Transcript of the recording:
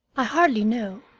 i hardly know,